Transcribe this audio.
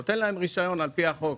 נותן להם רישיון על פי החוק.